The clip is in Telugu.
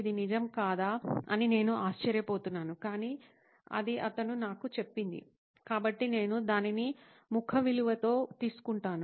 ఇది నిజం కాదా అని నేను ఆశ్చర్యపోతున్నాను కానీ అది అతను నాకు చెప్పింది కాబట్టి నేను దానిని ముఖ విలువతో తీసుకుంటాను